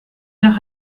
nach